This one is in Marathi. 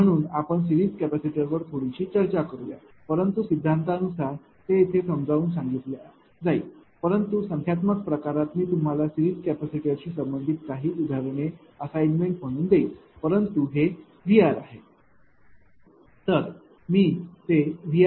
म्हणून आपण सिरीज कॅपेसिटरवर थोडीशी चर्चा करूया परंतु सिद्धांता नुसार ते येथे समजावून सांगितल्या जाईल परंतु संख्यात्मक प्रकारात मी तुम्हाला सिरीज कॅपेसिटरशी संबंधित काही उदाहरणे असाइनमेंट म्हणून देईल परंतु हे VRआहे